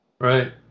Right